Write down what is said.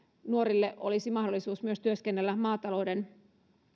nuorille olisi mahdollisuus myös työskennellä maatalouden